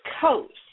Coast